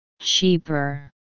Cheaper